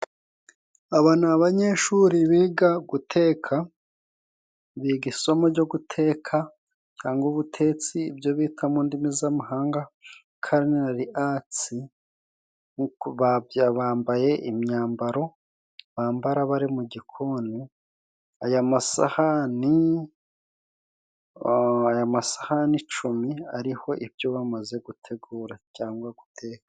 Aba ni abanyeshuri biga guteka, biga isomo ryo guteka cyangwa ubutetsi, ibyo bita mu ndimi z'amahanga karinari atsi, bambaye imyambaro bambara bari mu gikoni, aya masahani, amasahani icumi ariho ibyo bamaze gutegura cyangwa guteka.